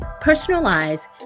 personalized